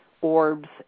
orbs